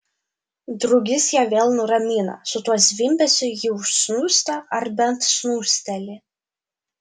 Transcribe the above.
drugys ją vėl nuramina su tuo zvimbesiu ji užsnūsta ar bent snūsteli